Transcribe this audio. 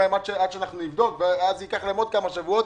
אומרים להם: עד שאנחנו נבדוק ואז זה ייקח להם עוד כמה שבועות.